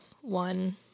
one